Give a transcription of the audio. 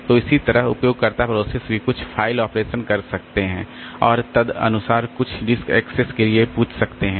तो इसी तरह उपयोगकर्ता प्रोसेस भी कुछ फ़ाइल ऑपरेशन कर सकते हैं और तदनुसार कुछ डिस्क एक्सेस के लिए पूछ सकते हैं